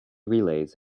relays